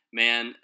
man